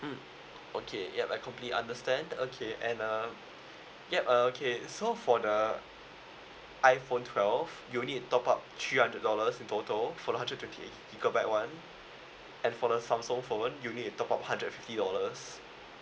mm okay yup I completely understand okay and uh yup uh okay so for the iphone twelve you only need to top up three hundred dollars in total for the hundred twenty eight gigabyte [one] and for the Samsung phone you need to top up hundred and fifty dollars